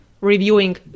reviewing